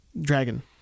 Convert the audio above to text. Dragon